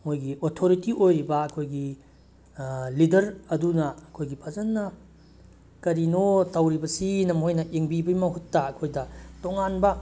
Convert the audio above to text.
ꯃꯣꯏꯒꯤ ꯑꯣꯊꯣꯔꯤꯇꯤ ꯑꯣꯏꯔꯤꯕ ꯑꯩꯈꯣꯏꯒꯤ ꯂꯤꯗꯔ ꯑꯗꯨꯅ ꯑꯩꯈꯣꯏꯒꯤ ꯐꯖꯅ ꯀꯔꯤꯅꯣ ꯇꯧꯔꯤꯕꯁꯤꯅ ꯃꯣꯏꯅ ꯌꯦꯡꯕꯤꯕꯒꯤ ꯃꯍꯨꯠꯇ ꯑꯩꯈꯣꯏꯗ ꯇꯣꯉꯥꯟꯕ